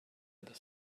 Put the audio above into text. other